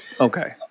Okay